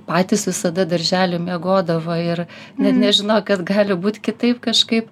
patys visada daržely miegodavo ir net nežino kad gali būti kitaip kažkaip